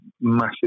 massive